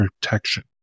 protection